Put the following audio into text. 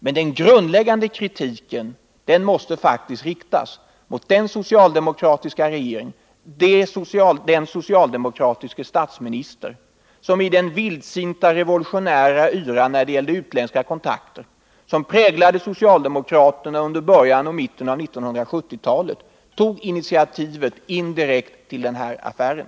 Men den grundläggande kritiken måste faktiskt riktas mot den dåvarande socialdemokratiska regeringen och mot den gäller utländska kontakter som präglade socialdemokraterna under början och mitten av 1970-talet indirekt tog initiativet till den här affären.